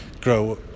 grow